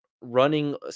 running